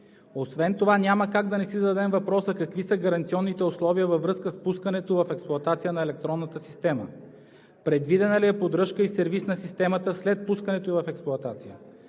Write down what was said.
Освен това няма как да не си зададем въпроса: какви са гаранционните условия във връзка с пускането в експлоатация на електронната система? Предвидена ли е поддръжка и сервиз на системата след пускането ѝ в експлоатация,